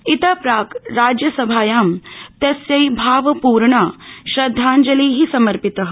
इत प्राक् राज्यसभायां तस्यै भावपूर्णा श्रदधाञ्जलिः समर्पितः